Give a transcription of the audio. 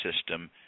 system